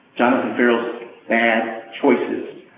jonathan ferrell's bad choices.